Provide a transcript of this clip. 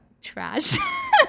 Trash